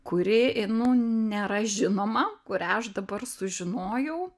kuri nu nėra žinoma kurią aš dabar sužinojau